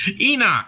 enoch